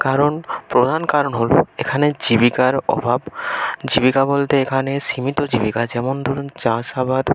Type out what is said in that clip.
কারণ প্রধান কারণ হল এখানে জীবিকার অভাব জীবিকা বলতে এখানে সীমিত জীবিকা যেমন ধরুন চাষাবাদ